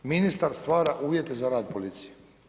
Ministar stvara uvjete za rad policije.